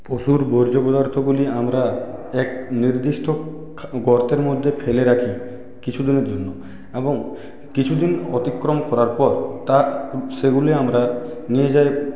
পশুর বর্জ্য পদার্থগুলি আমরা এক নির্দিষ্ট গর্তের মধ্যে ফেলে রাখি কিছুদিনের জন্য এবং কিছুদিন অতিক্রম করার পর তার সেগুলি আমরা নিজের